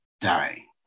dying